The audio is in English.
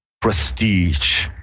prestige